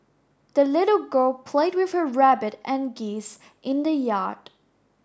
the little girl played with her rabbit and geese in the yard